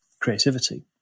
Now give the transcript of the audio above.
creativity